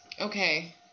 okay